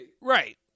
Right